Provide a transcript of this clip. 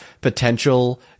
potential